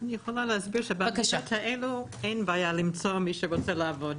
אני יכולה להסביר שבמדינות האלו אין בעיה למצוא מי שרוצה לעבוד,